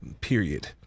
period